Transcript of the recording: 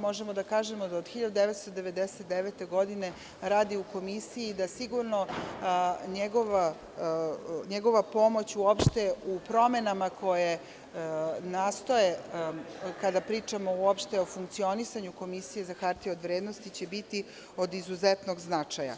možemo da kažemo da od 1999. godine radi u Komisiji i da sigurno njegova pomoć uopšte u promenama koje nastoje kada pričamo, uopšte o funkcionisanju Komisije za hartije od vrednosti, će biti od izuzetnog značaja.